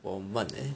我很闷